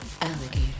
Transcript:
alligator